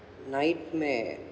nightmare